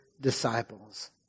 disciples